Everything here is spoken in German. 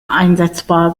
einsetzbar